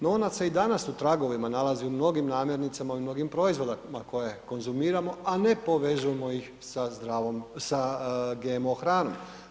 No, ona se i danas u tragovima nalazi u mnogim namirnicama i u mnogim proizvodima koje konzumiramo, a ne povezujemo ih sa zdravom, sa GMO hranom.